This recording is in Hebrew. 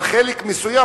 אבל חלק מסוים.